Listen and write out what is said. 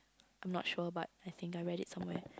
I'm not sure but I think I read it somewhere